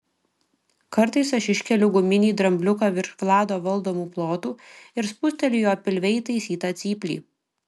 kartais aš iškeliu guminį drambliuką virš vlado valdomų plotų ir spusteliu jo pilve įtaisytą cyplį